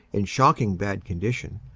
in shocking bad condition,